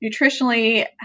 nutritionally